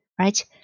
right